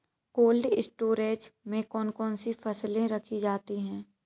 Cold storage में कौन कौन सी फसलें रखी जाती हैं?